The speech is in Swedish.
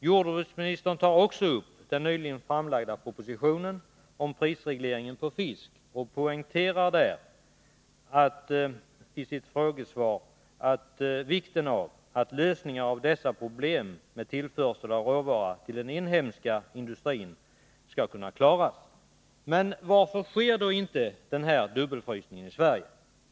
Jordbruksministern tar också upp den nyligen framlagda propositionen om prisregleringen på fisk och poängterar i sitt frågesvar vikten av att lösningar av problemet med tillförsel av råvaror till den inhemska industrin kommer till stånd. Men varför använder man då inte dubbelfrysning i Sverige?